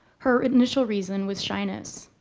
her initial reason was shyness.